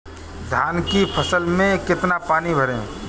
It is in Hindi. धान की फसल में कितना पानी भरें?